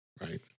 Right